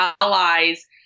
allies